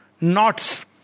Knots